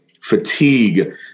fatigue